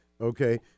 Okay